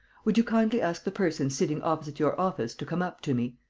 would you kindly ask the person sitting opposite your office to come up to me.